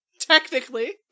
Technically